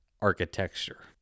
architecture